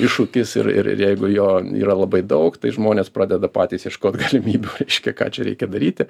iššūkis ir ir jeigu jo yra labai daug tai žmonės pradeda patys ieškot galimybių reiškia ką čia reikia daryti